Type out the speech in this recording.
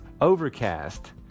Overcast